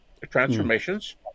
transformations